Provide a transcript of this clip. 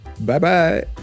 Bye-bye